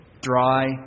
dry